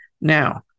Now